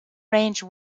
range